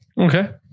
okay